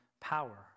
power